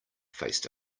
faced